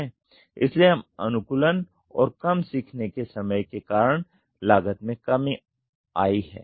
इसलिए कम अनुकूलन और कम सीखने के समय के कारण लागत में कमी आई है